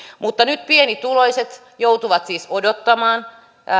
mutta nyt pienituloiset joutuvat siis odottamaan